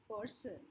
person